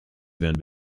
werden